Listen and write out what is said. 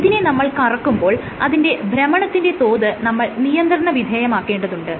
ഇതിനെ നമ്മൾ കറക്കുമ്പോൾ അതിന്റെ ഭ്രമണത്തിന്റെ തോത് നമ്മൾ നിയന്ത്രണ വിധേയമാക്കേണ്ടതുണ്ട്